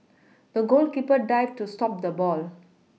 the goalkeeper dived to stop the ball